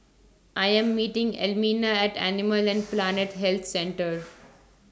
I Am meeting Elmina At Animal and Plant Health Centre